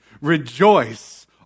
rejoice